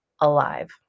alive